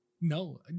No